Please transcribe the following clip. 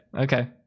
Okay